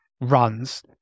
runs